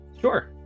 Sure